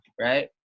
right